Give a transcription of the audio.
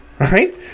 Right